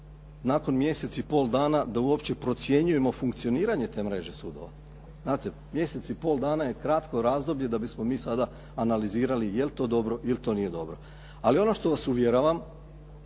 nakon mjesec i pol dana da uopće procjenjujemo funkcioniranje te mreže sudova. Znate, mjesec i pol dana je kratko razdoblje da bismo mi sada analizirali je li to dobro ili to nije dobro. Ali ono što vas uvjeravam,